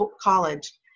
college